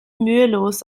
mühelos